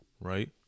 Right